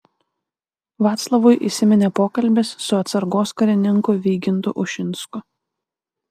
vaclavui įsiminė pokalbis su atsargos karininku vygintu ušinsku